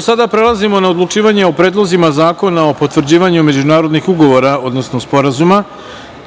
sada prelazimo na odlučivanje o predlozima zakona o potvrđivanju međunarodnih ugovora, odnosno sporazuma